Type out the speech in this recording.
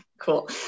cool